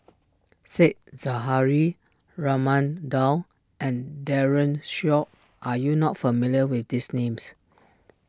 Said Zahari Raman Daud and Daren Shiau are you not familiar with these names